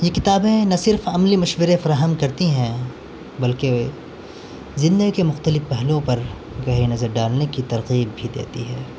یہ کتابیں نہ صرف عملی مشورے فراہم کرتی ہیں بلکہ زندگی کے مختلف پہلوؤ پر گہری نظر ڈالنے کی ترغیب بھی دیتی ہے